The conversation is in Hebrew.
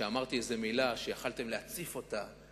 שאמרתי איזו מלה שיכולתם להציף אותה.